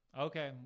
Okay